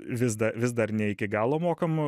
vis da vis dar ne iki galo mokam